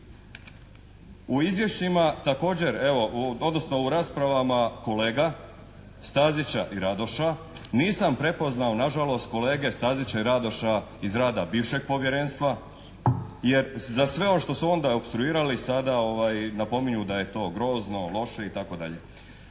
U izvješćima evo također, odnosno u raspravama kolega Stazića i Radoša nisam prepoznao na žalost kolege Stazića i Radoša iz rada bivšeg povjerenstva jer za sve ono što su onda opstruirali sada napominju da je to grozno, loše itd.